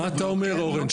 מה אתה אומר אורן,